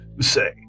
say